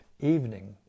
evening